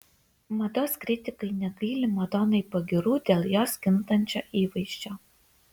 mados kritikai negaili madonai pagyrų dėl jos kintančio įvaizdžio